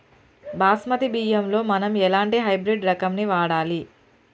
బాస్మతి బియ్యంలో మనం ఎలాంటి హైబ్రిడ్ రకం ని వాడాలి?